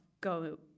go